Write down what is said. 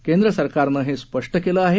केंद्र सरकारनं हे स्पष्ट केलं आहे